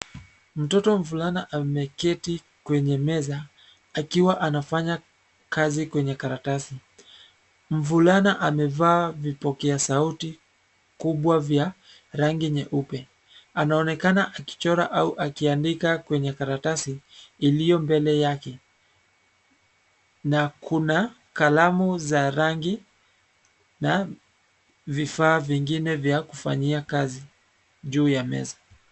Mtoto mvulana ameketi, kwenye meza, akiwa anafanya, kazi kwenye karatasi, mvulana amevaa vipokea sauti, kubwa vya, rangi nyeupe, anaonekana akichora au akiandika kwenye karatasi, iliyo mbele yake, na kuna, kalamu za rangi, na, vifaa vingine vya kufanyia kazi, juu ya meza.